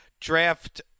Draft